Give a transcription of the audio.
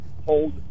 Hold